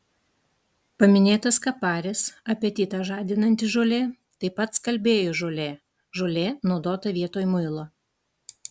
paminėtas kaparis apetitą žadinanti žolė taip pat skalbėjų žolė žolė naudota vietoj muilo